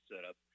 setup